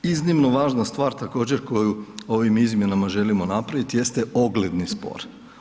Iznimno važna stvar također koju ovim izmjenama želimo napraviti jeste ogledni spor.